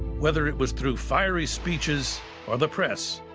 whether it was through fiery speeches or the press,